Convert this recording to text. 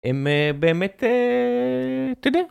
הם, באמת, אתה יודע